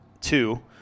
two